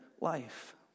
life